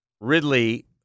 Ridley